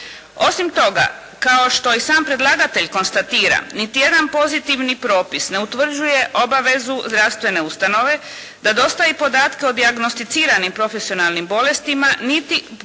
Osim toga, kao što i sam predlagatelj konstatira niti jedan pozitivni propis ne utvrđuje obavezu zdravstvene ustanove da dostavi podatke o dijagnosticiranim profesionalnim bolestima, niti